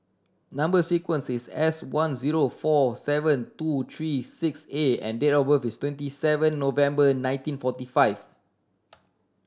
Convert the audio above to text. number sequence is S one zero four seven two three six A and date of birth is twenty seven November nineteen forty five